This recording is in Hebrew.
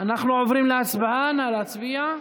נא להצביע.